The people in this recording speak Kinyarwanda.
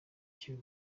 cyo